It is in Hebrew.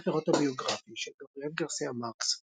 הוא ספר אוטוביוגרפי של גבריאל גארסיה מארקס,